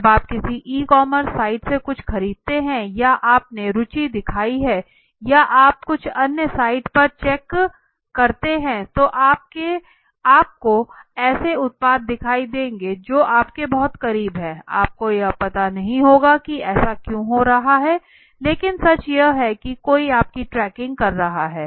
जब आप किसी ई कॉमर्स साइट से कुछ खरीदते हैं या आपने रुचि दिखाई है या आप कुछ अन्य साइट पर कुछ चेक करते है तो आपको ऐसे उत्पाद दिखाई देंगे जो आपके बहुत करीब हैं आपको यह पता नहीं होगा कि ऐसा क्यों हो रहा है लेकिन सच यह है कि कोई आपकी ट्रैकिंग कर रहा हैं